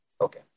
Okay